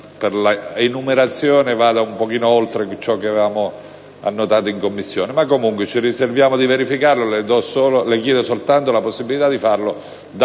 che l'enumerazione vada un po' oltre quanto avevamo annotato in Commissione. Ma comunque ci riserviamo di verificarlo. Le chiedo soltanto la possibilità di farlo da qui al voto